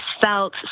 felt